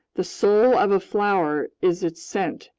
the soul of a flower is its scent,